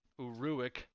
uruic